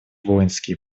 воинские